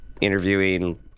interviewing